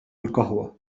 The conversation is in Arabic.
القهوة